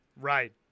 Right